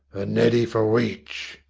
a neddy for weech!